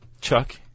Chuck